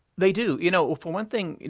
they do. you know for one thing,